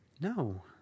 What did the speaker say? No